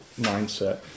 mindset